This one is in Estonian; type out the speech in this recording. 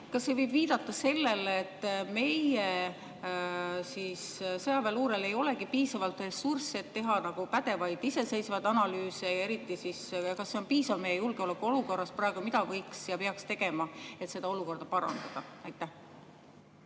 Kas see võib viidata sellele, et meie sõjaväeluurel ei olegi piisavalt ressurssi, et teha pädevaid iseseisvaid analüüse? Ja kas see on praegu meie julgeolekuolukorras piisav? Mida võiks teha ja peaks tegema, et seda olukorda parandada? Aitäh,